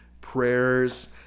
prayers